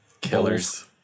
killers